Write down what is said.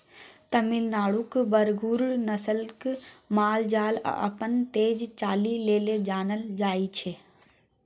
तमिलनाडुक बरगुर नस्लक माल जाल अपन तेज चालि लेल जानल जाइ छै